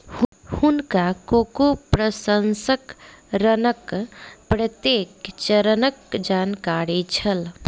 हुनका कोको प्रसंस्करणक प्रत्येक चरणक जानकारी छल